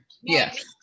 yes